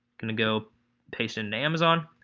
gonna go paste in amazon